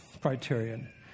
criterion